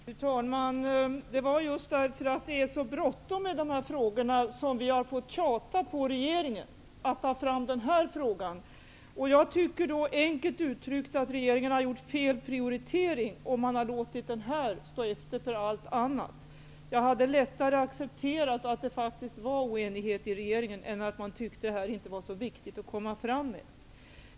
Fru talman! Det var just därför att det är så bråttom med dessa frågor som vi har fått tjata på regeringen att ta fram denna fråga. Jag tycker då, enkelt uttryckt, att regeringen har gjort fel prioritering om den har låtit den här frågan stå efter för allt annat. Jag hade lättare accepterat att det faktiskt var oenighet i regeringen än att man tyckte att detta inte var så viktigt att komma fram med.